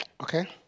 Okay